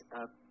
up